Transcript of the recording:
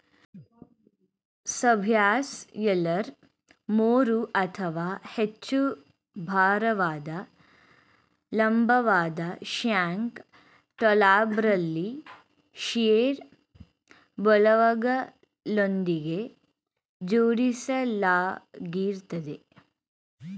subsoiler ಮೂರು ಅಥವಾ ಹೆಚ್ಚು ಭಾರವಾದ ಲಂಬವಾದ ಶ್ಯಾಂಕ್ ಟೂಲ್ಬಾರಲ್ಲಿ ಶಿಯರ್ ಬೋಲ್ಟ್ಗಳೊಂದಿಗೆ ಜೋಡಿಸಲಾಗಿರ್ತದೆ